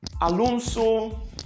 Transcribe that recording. Alonso